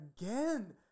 again